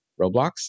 Roblox